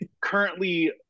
currently